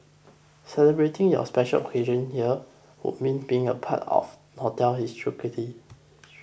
celebrating your special occasions here would mean being a part of hotel